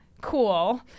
cool